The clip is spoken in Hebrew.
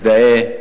מזדהה,